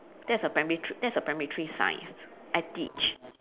that's a primary thr~ that's a primary three science I teach